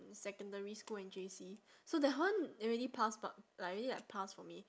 secondary school and J_C so that one already past but like already like past for me